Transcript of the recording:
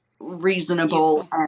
reasonable